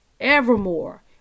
evermore